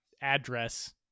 address